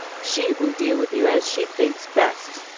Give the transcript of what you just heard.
she will deal with you as she thinks best.